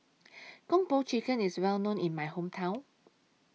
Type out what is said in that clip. Kung Po Chicken IS Well known in My Hometown